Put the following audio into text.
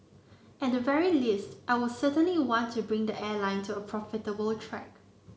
at the very least I will certainly want to bring the airline to a profitable track